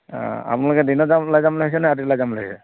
আপোনালোকে দিনত যাম ভাৱিছেনে নে ৰাতি ওলাই যাম বুলি ভাৱিছে